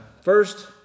First